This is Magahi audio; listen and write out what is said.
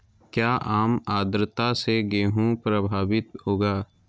क्या काम आद्रता से गेहु प्रभाभीत होगा?